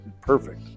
perfect